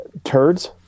turds